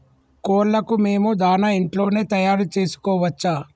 కోళ్లకు మేము దాణా ఇంట్లోనే తయారు చేసుకోవచ్చా?